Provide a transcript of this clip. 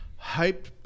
hyped